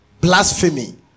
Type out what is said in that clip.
blasphemy